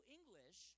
English